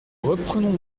reprenons